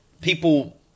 people